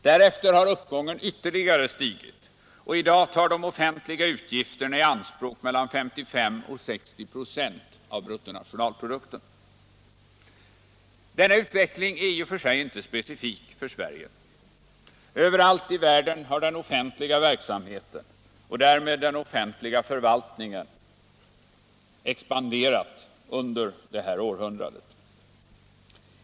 Sedan har uppgången ytterligare stigit, och i dag tar de offentliga utgifterna i anspråk mellan 55 och 60 96 av bruttonationalprodukten. Denna utveckling är i och för sig inte specifik för Sverige. Överallt i världen har den offentliga verksamheten och därmed den offentliga förvaltningen expanderat under detta århundrade.